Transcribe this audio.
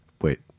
wait